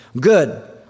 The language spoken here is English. good